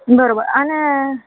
બરાબર અને